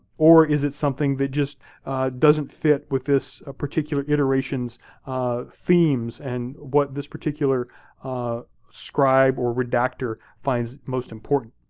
or is it something that just doesn't fit with this ah particular iteration's themes and what this particular scribe or redactor finds most important?